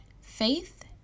faith